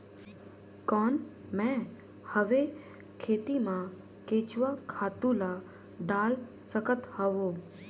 कौन मैं हवे खेती मा केचुआ खातु ला डाल सकत हवो?